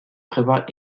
prévoir